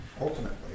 Ultimately